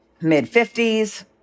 Mid-50s